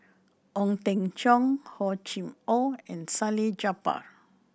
Ong Teng Cheong Hor Chim Or and Salleh Japar